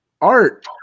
Art